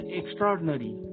extraordinary